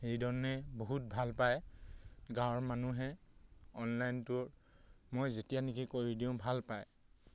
সেইধৰণে বহুত ভাল পায় গাঁৱৰ মানুহে অনলাইনটো মই যেতিয়া নেকি কৰি দিওঁ ভাল পায়